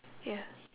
ya